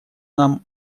нам